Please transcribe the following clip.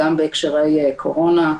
חריגה, שהיא סיטואציה חריגה גם בהקשרי קורונה,